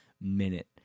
minute